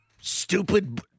Stupid